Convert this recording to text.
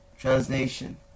translation